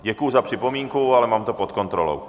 Děkuji za připomínku, ale mám to pod kontrolou.